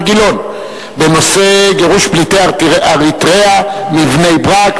גילאון בנושא: גירוש פליטי אריתריאה מבני-ברק.